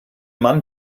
mann